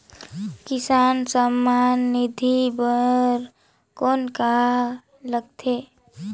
किसान सम्मान निधि बर कौन का लगथे?